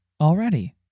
already